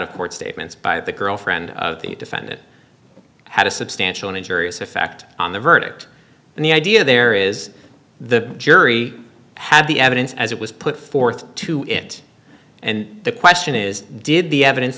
of court statements by the girlfriend of the defendant had a substantial injurious effect on the verdict and the idea there is the jury had the evidence as it was put forth to it and the question is did the evidence